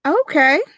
Okay